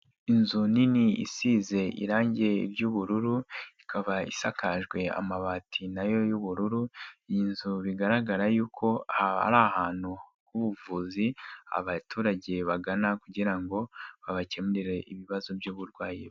Inzu nini isize irangi ry'ubururu ikaba isakajwe amabati nayo y'ubururu, iyi nzu bigaragara yuko ari ahantu h'ubuvuzi abaturage bagana kugira ngo babakemurire ibibazo by'uburwayi.